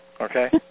okay